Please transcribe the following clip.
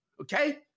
okay